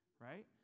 right